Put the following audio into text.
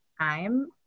time